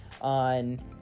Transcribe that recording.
on